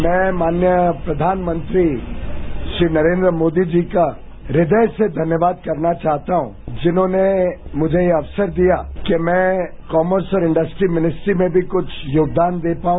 मैं माननीय प्रधानमंत्री श्री नरेन्द्र मोदी जी का हृदय से धन्यवाद करना चाहता हूं जिन्होंने ने मुझे यह अवसर दिया कि मैं कॉमर्स और इंडस्ट्री मिनिस्ट्री में भी कुछ योगदान दे पाऊ